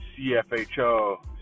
CFHO